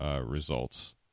results